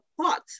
pot